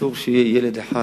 אסור שיהיה ילד אחד